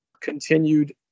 continued